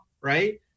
right